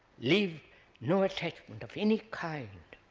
leave no attachment of any kind,